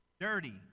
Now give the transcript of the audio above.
dirty